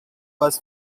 was